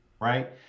right